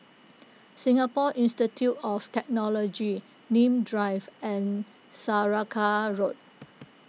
Singapore Institute of Technology Nim Drive and Saraca Road